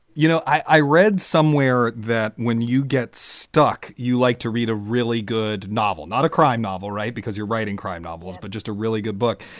you know, i read somewhere that when you get stuck, you like to read a really good novel, not a crime novel. right. because you're writing crime novels, but just a really good book.